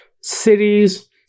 cities